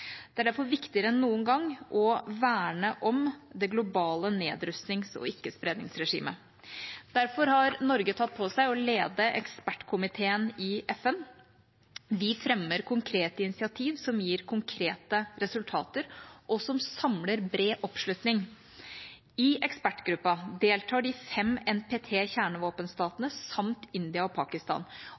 Det er derfor viktigere enn noen gang å verne om det globale nedrustnings- og ikkespredningsregimet. Derfor har Norge tatt på seg å lede ekspertkomiteen i FN. Vi fremmer konkrete initiativ som gir konkrete resultater, og som samler bred oppslutning. I ekspertgruppen deltar de fem NPT-kjernevåpenstatene samt India og Pakistan.